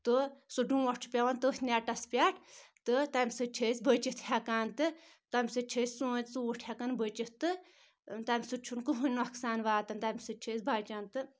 تہٕ سُہ ڈونٛٹھ چھُ پؠوان تٔتھۍ نؠٹَس پؠٹھ تہٕ تَمہِ سۭتۍ چھِ أسۍ بٔچِتھ ہؠکان تہٕ تمہِ سۭتۍ چھِ أسۍ سٲنۍ ژوٗٹھۍ ہؠکن بٔچِتھ تہٕ تَمہِ سۭتۍ چھُنہٕ کٕہٕینۍ نۄقصان واتَان تَمہِ سۭتۍ چھِ أسۍ بَچان تہٕ